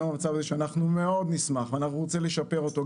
שאנחנו מאוד נשמח ואנחנו רוצים לשפר אותו,